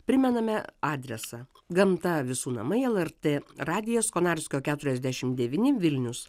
primename adresą gamta visų namai lrt radijas konarskio keturiasdešimdevyni vilnius